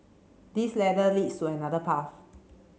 this ladder leads to another path